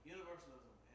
Universalism